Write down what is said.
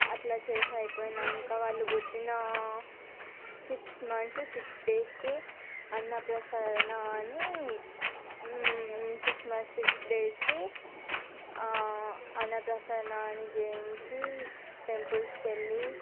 అట్లా చేసి అయిపోయాక వాళ్ళు పుట్టిన సిక్స్ మంత్స్ సిక్స్ డేస్కే అన్నప్రాసన అని సిక్స్ మంత్స్ సిక్స్ డేస్కి అన్నప్రసరణ అని చేయించి టెంపుల్స్కు వెళ్ళి